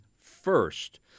first